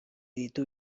ditu